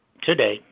Today